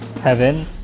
heaven